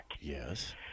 Yes